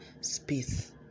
space